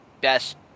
best